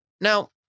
Now